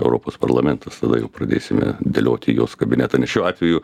europos parlamentas tada jau pradėsime dėlioti jos kabinetą nes šiuo atveju